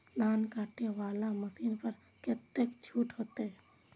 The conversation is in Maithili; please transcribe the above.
धान कटे वाला मशीन पर कतेक छूट होते?